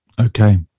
Okay